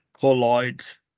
colloids